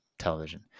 television